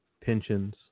Pensions